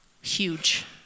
huge